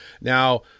Now